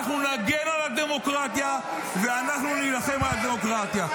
אנחנו נגן על הדמוקרטיה ואנחנו נילחם על הדמוקרטיה.